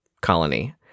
colony